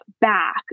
back